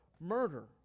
murder